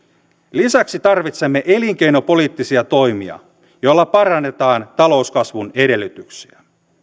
lisäksi tarvitsemme elinkeinopoliittisia toimia joilla parannetaan talouskasvun edellytyksiä